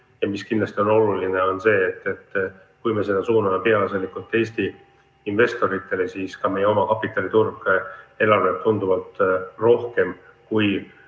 Ja mis kindlasti on oluline, on see, et kui me suuname selle peaasjalikult Eesti investoritele, siis ka meie omakapitaliturg elavneb tunduvalt rohkem, kui